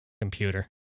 Computer